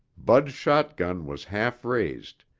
bud's shotgun was half raised,